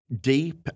deep